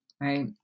right